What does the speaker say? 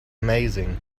amazing